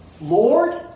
Lord